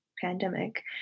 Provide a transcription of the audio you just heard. pandemic